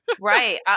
Right